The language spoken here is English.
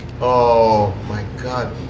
oh. my god.